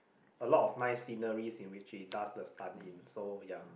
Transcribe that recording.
a lot of nice sceneries in which he does the stunt in so ya